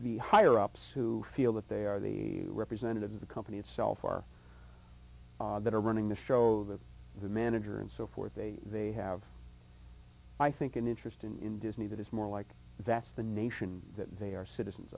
higher ups who feel that they are the representative of the company itself or that are running the show that the manager and so forth they they have i think an interest in disney that is more like that's the nation that they are citizens